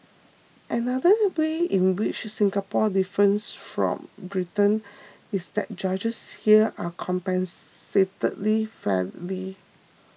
another way in which Singapore differs from Britain is that judges here are compensated fairly